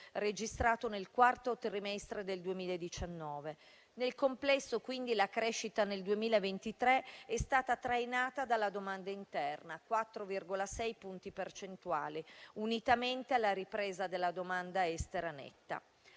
registrato nel quarto trimestre del 2019. Nel complesso, quindi, la crescita nel 2023 è stata trainata dalla domanda interna (4,6 punti percentuali), unitamente alla ripresa della domanda estera netta.